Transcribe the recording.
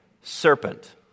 serpent